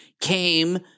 came